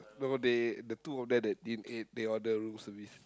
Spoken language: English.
no they the two of them that didn't ate they order room service